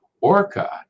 Orca